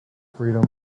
freedom